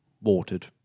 watered